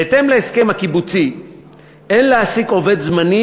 בהתאם להסכם הקיבוצי אין להעסיק עובד זמני